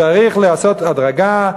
צריך לעשות הדרגה,